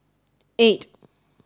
eight